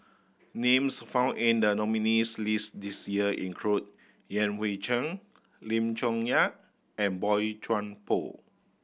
names found in the nominees' list this year include Yan Hui Chang Lim Chong Yah and Boey Chuan Poh